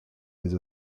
les